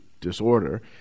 disorder